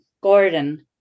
Gordon